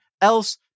else